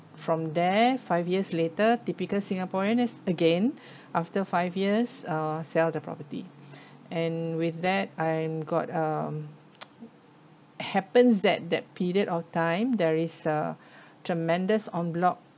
from there five years later typical singaporean as again after five years uh sell the property and with that I'm got um happens that that period of time there is a tremendous en bloc